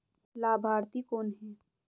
लाभार्थी कौन है?